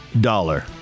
dollar